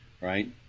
Right